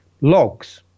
logs